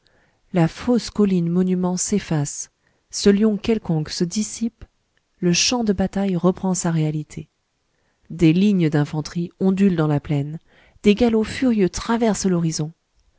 la fausse colline monument s'efface ce lion quelconque se dissipe le champ de bataille reprend sa réalité des lignes d'infanterie ondulent dans la plaine des galops furieux traversent l'horizon